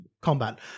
combat